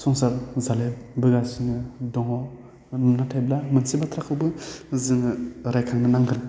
संसार जालाय बोगासिनो दङ नाथायबा मोनसे बाथ्राखौबो जोङो रायखांनो नांगोन